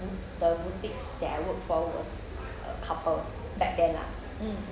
the boutique that I worked for was a couple back then lah mm